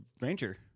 ranger